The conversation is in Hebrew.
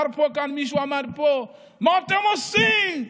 מישהו אמר פה: מה אתם עושים?